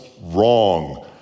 wrong